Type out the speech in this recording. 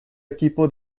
equipo